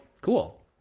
cool